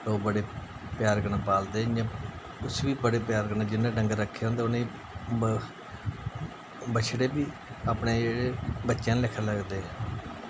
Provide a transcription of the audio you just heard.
लोग बड़े प्यार कन्नै पालदे इ'यां उसी बी बड़े प्यार कन्नै जिन्ने डंगर रक्खे दे होंदे उ'नेंगी ब बछड़े बी अपने जेह्ड़े बच्चें आह्ला लेखा लगदे